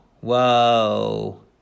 whoa